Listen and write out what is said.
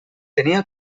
tenia